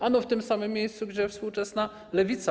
Ano w tym samym miejscu, gdzie współczesna lewica.